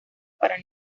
para